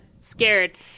scared